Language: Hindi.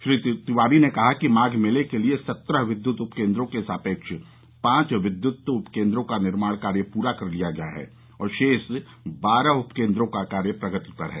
श्री तिवारी ने बताया कि माध मेला के लिये सत्रह विद्युत उपकेन्द्रों के सापेक्ष पांच विद्युत उपकेन्द्रों का निर्माण कार्य पूरा कर लिया गया है और शेष बारह उपकेन्द्रों पर कार्य प्रगति पर है